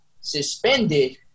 suspended